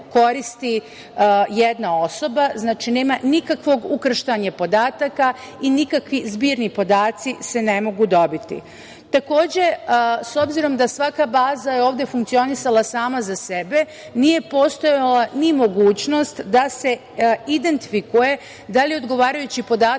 koristi jedna osoba. Znači, nema nikakvog ukrštanja podataka i nikakvi zbirni podaci se ne mogu dobiti. Takođe, s obzirom da je svaka baza ovde funkcionisala sama za sebe, nije postojala ni mogućnost da se identifikuje da li se odgovarajući podatak